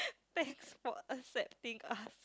thanks for accepting us